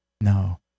No